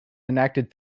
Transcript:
enacted